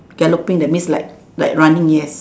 galloping that means like like running yes